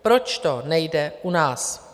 Proč to nejde u nás?